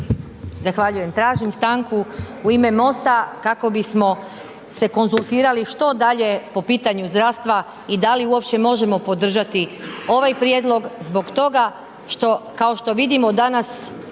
Zahvaljujem, tražim stanku u ime MOST-a kako bismo se konzultirali što dalje po pitanju zdravstva i da li uopće možemo podržati ovaj prijedlog zbog toga što, kao što vidimo danas